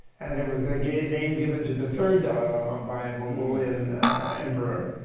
and there was a a name given to the third dalai lama by a mongolian emperor.